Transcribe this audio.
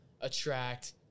attract